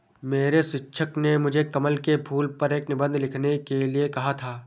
मेरे शिक्षक ने मुझे कमल के फूल पर एक निबंध लिखने के लिए कहा था